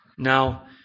Now